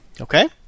Okay